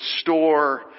store